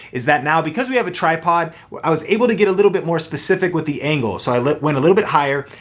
is that now because we have a tripod, i was able to get a little bit more specific with the angle. so i went a little bit higher,